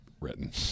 written